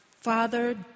Father